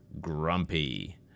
grumpy